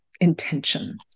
intention